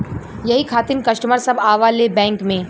यही खातिन कस्टमर सब आवा ले बैंक मे?